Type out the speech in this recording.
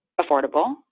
affordable